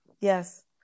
Yes